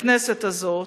בכנסת הזאת,